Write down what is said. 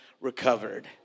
recovered